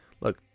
look